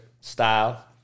style